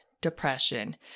depression